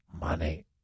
money